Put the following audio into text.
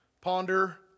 ponder